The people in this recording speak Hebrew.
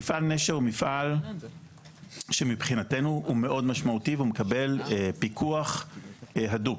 מפעל נשר הוא מפעל שמבחינתנו הוא מאוד משמעותי והוא מקבל פיקוח הדוק,